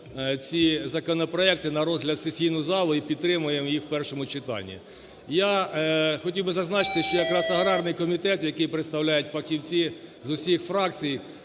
ці законопроекти на розгляд в сесійну залу і підтримаємо їх в першому читанні. Я хотів би зазначити, що якраз аграрний комітет, який представляють фахівці з усіх фракцій,